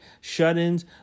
shut-ins